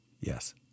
Yes